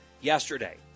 yesterday